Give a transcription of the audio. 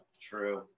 true